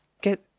get